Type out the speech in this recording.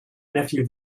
nephew